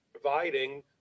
providing